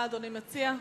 מה אדוני מציע?